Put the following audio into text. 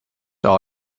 all